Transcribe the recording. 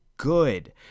good